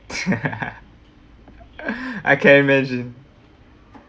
I can imagine